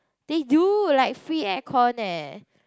they do like free air con leh